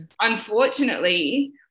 unfortunately